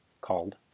called